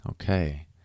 Okay